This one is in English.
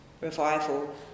revival